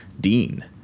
Dean